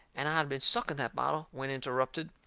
and i had been sucking that bottle when interrupted.